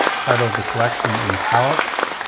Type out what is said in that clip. title of the collection in italics,